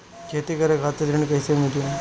खेती करे खातिर ऋण कइसे मिली?